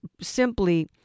simply